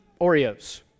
Oreos